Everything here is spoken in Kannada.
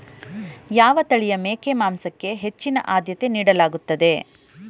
ಯಾವ ತಳಿಯ ಮೇಕೆ ಮಾಂಸಕ್ಕೆ ಹೆಚ್ಚಿನ ಆದ್ಯತೆ ನೀಡಲಾಗುತ್ತದೆ?